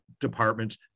departments